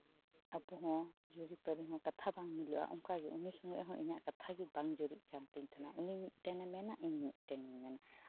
ᱟᱵᱚ ᱦᱚᱸ ᱡᱩᱨᱤᱼᱯᱟᱹᱨᱤ ᱦᱚᱸ ᱠᱟᱛᱷᱟ ᱵᱟᱝ ᱢᱤᱞᱟᱹᱜᱼᱟ ᱚᱱᱠᱟ ᱜᱮ ᱩᱱᱤ ᱥᱚᱸᱜᱮ ᱦᱚᱸ ᱤᱧᱟᱹᱜ ᱠᱟᱛᱷᱟ ᱜᱮ ᱵᱟᱝ ᱡᱩᱨᱤᱜ ᱠᱟᱱ ᱛᱤᱧ ᱛᱟᱦᱮᱱᱚᱜᱼᱟ ᱩᱱᱤ ᱢᱤᱫᱴᱮᱱᱮ ᱢᱮᱱᱟ ᱤᱧ ᱢᱮᱫᱴᱮᱱᱤᱧ ᱢᱮᱱᱟ